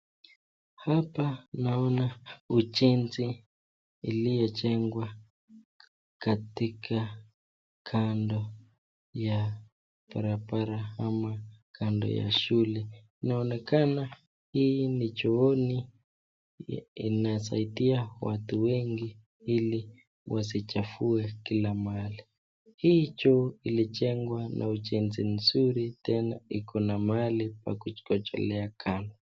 Hapa naona ujenzi uliojengwa katika kando ya barabara ama kando ya shule, inaonekana hii ni chooni inasaidia watu wengi ili wasichafue kila mahali. Hii choo ilijengwa na ujenzi nzuri tena iko na mahali pa kukojolea kando.